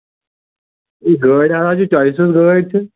یہِ گٲڑۍ ہَسا چھِ چۅیِس سٕنٛز گٲڑۍ تہٕ